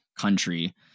country